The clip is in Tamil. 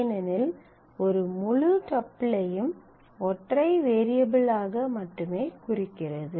ஏனெனில் ஒன்று முழு டப்பிளையும் ஒற்றை வேரியபிள் ஆக மட்டுமே குறிக்கிறது